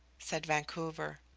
said vancouver.